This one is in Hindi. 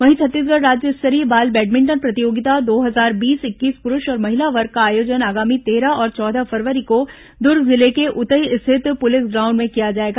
वहीं छत्तीसगढ़ राज्य स्तरीय बाल बैडमिंटन प्रतियोगिता दो हजार बीस इक्कीस पुरूष और महिला वर्ग का आयोजन आगामी तेरह और चौदह फरवरी को दुर्ग जिले के उतई स्थित पुलिस ग्राउंड में किया जाएगा